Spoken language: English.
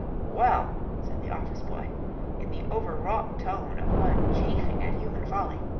well, said the office-boy in the overwrought tone of one chafing at human folly,